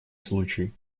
случай